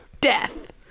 death